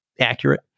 accurate